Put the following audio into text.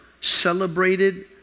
celebrated